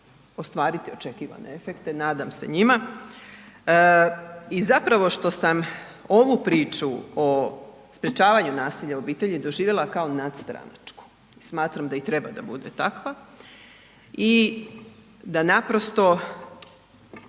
ostvariti očekivane efekte, nadam se njima. I zapravo što sam ovu priču o sprječavanju nasilja u obitelji doživjela kao nadstranačku, smatram da i treba da bude takva i da naprosto